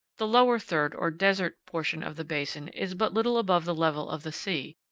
the lower third, or desert portion of the basin, is but little above the level of the sea,